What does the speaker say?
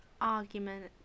argument